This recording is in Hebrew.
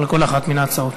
על כל אחת מן ההצעות.